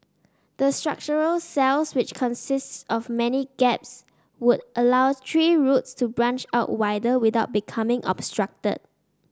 the structural cells which consists of many gaps would allow tree roots to branch out wider without becoming obstructed